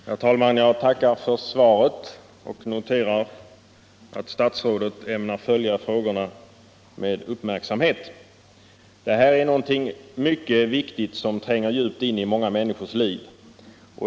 Herr talman! Jag tackar för svaret och noterar att statsrådet ämnar följa frågorna med uppmärksamhet. Det här är någonting mycket viktigt som tränger djupt in i många människors liv.